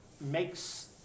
makes